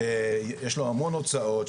שיש לו המון הוצאות,